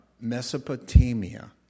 Mesopotamia